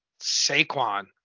Saquon